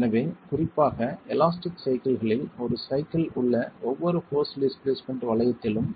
எனவே குறிப்பாக எலாஸ்டிக் சைக்கிள்களில் ஒரு சைக்கிள் உள்ள ஒவ்வொரு போர்ஸ் டிஸ்பிளேஸ்மென்ட் வளையத்திலும்